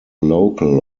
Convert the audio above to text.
local